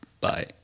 Bye